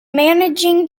managing